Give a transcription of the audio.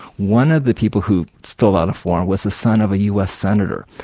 one of the people who filled out a form was the son of a us senator.